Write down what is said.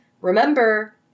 Remember